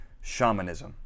shamanism